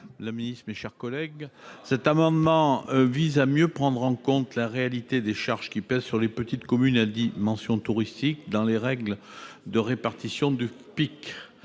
l'amendement n° II-429 rectifié. Cet amendement vise à mieux prendre en compte la réalité des charges qui pèsent sur les petites communes à dimension touristique dans les règles de répartition du FPIC.